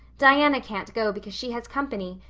diana can't go because she has company,